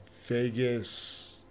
Vegas